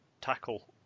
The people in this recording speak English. tackle